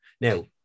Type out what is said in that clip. Now